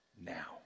now